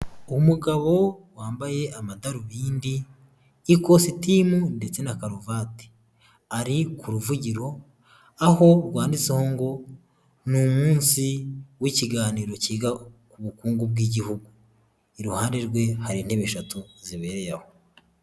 Umugabo wambaye amadarubindi, ikositimu ndetse na karuvati. Ari ku ruvugiro, aho rwanditseho ngo "ni umunsi w'ikiganiro cyiga ku bukungu bw'igihugu." Iruhande rwe hari intebe eshatu zibereye aho.